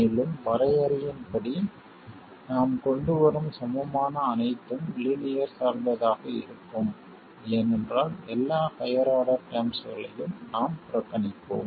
மேலும் வரையறையின்படி நாம் கொண்டு வரும் சமமான அனைத்தும் லீனியர் சார்ந்ததாக இருக்கும் ஏனென்றால் எல்லா ஹையர் ஆர்டர் டெர்ம்ஸ்களையும் நாம் புறக்கணிப்போம்